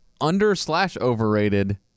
Under-slash-overrated